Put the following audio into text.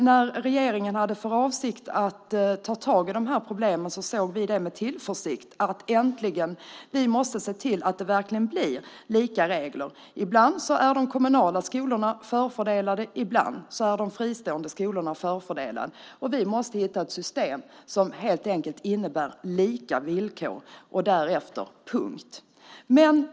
När regeringen hade för avsikt att ta tag i dessa problem såg vi med tillförsikt fram emot att vi äntligen skulle se till att det verkligen blev lika regler. Ibland är de kommunala skolorna förfördelade och ibland de fristående skolorna. Vi måste hitta ett system som helt enkelt innebär lika villkor och därefter punkt.